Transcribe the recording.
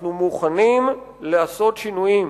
שאנחנו מוכנים לעשות שינויים.